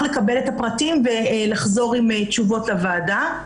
לקבל את הפרטים ולחזור עם תשובות לוועדה.